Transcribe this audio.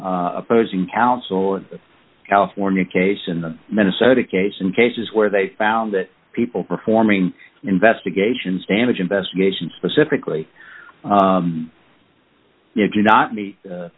opposing counsel in california case in the minnesota case in cases where they found that people performing investigations damage investigation specifically if you're not me